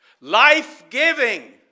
life-giving